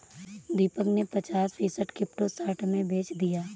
दीपक ने पचास फीसद क्रिप्टो शॉर्ट में बेच दिया